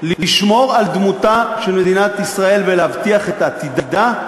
לשמור על דמותה של מדינת ישראל ולהבטיח את עתידה,